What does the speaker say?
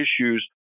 issues